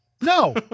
No